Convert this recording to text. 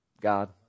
God